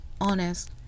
honest